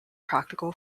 practical